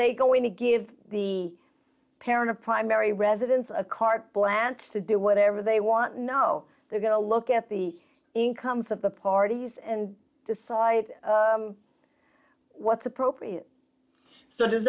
they going to give the parent of primary residence a carte blanche to do whatever they want no they are going to look at the incomes of the parties and decide what's appropriate so does